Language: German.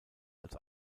als